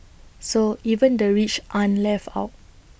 so even the rich aren't left out